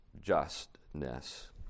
justness